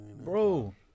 Bro